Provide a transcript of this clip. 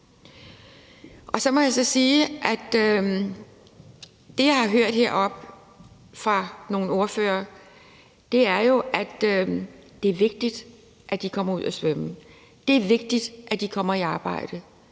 os. Så må jeg jo sige, at det, jeg har hørt heroppefra fra nogle ordføreres side, er, at det er vigtigt, at de kommer ud at svømme, at det er vigtigt, at de kommer i arbejde.